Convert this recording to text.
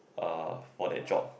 uh for that job